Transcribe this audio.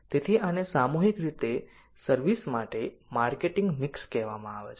તેથી આને સામૂહિક રીતે સર્વિસ માટે માર્કેટિંગ મિક્સ કહેવામાં આવે છે